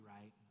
right